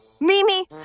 Mimi